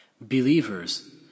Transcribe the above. Believers